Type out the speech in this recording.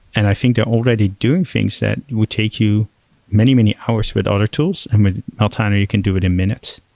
and i think they're already doing things that would take you many, many hours with other tools, and with meltano you can do it in minutes.